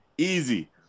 easy